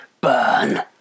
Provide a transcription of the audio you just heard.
Burn